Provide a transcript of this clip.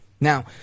Now